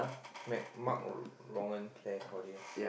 Mag Mark or Rong-En Claire Claudia